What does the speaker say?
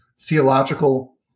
theological